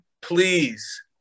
Please